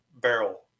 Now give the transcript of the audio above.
barrel